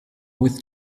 with